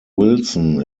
wilson